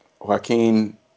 Joaquin